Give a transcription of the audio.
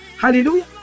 hallelujah